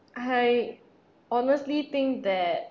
I honestly think that